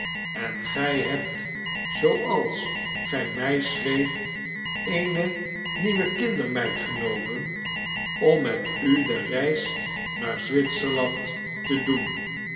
en gy hebt zooals gij my schreeft eene nieuwe kindermeid genomen om met u de reis naar zwitserland te doen